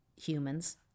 humans